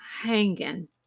hanging